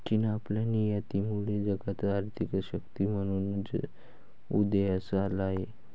चीन आपल्या निर्यातीमुळे जगात आर्थिक शक्ती म्हणून उदयास आला आहे